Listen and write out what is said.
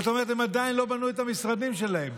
זאת אומרת, הם עדיין לא בנו את המשרדים שלהם.